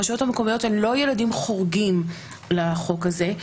הרשויות המקומיות הם לא ילדים חורגים לחוק הזה.